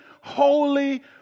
holy